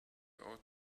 ought